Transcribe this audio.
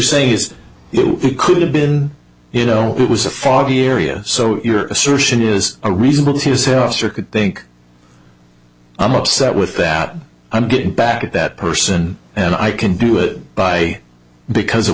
saying is it could have been you know it was a foggy area so your assertion is a reasonable to say officer could think i'm upset with that i'm getting back at that person and i can do it by because of